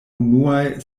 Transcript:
unuaj